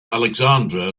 alexandra